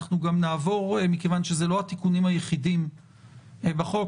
מכיוון שאלה לא התיקונים היחידים בחוק,